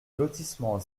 lotissement